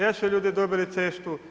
Jesu ljudi dobili cestu?